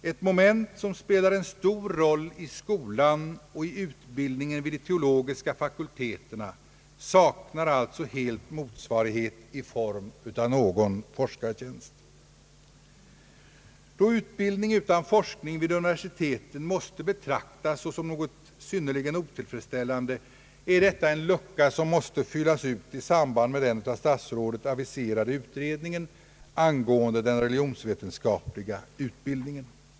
Ett moment, som spelar en stor roll i skolan och i utbildningen vid de teologiska fakulteterna, saknar alltså helt motsvarighet i form av någon forskartjänst. Då utbildning utan forskning vid universiteten måste betraktas såsom något synnerligen otillfredsställande är detta en lucka som måste fyllas ut i samband med den av statsrådet aviserade utredningen angående den religionsvetenskapliga utbildningen.